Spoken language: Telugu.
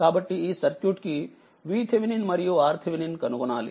కాబట్టి ఈ సర్క్యూట్ కి VThevenin మరియు RThevenin కనుగొనాలి